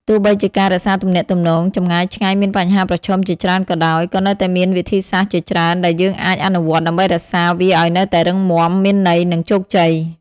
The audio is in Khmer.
ហើយបញ្ហាប្រឈមទាំងនេះទាមទារការប្តេជ្ញាចិត្តខ្ពស់ ភាពអត់ធ្មត់ និងការយល់ចិត្តគ្នា ដើម្បីរក្សាទំនាក់ទំនងចម្ងាយឆ្ងាយឱ្យនៅតែរឹងមាំ និងមានន័យ។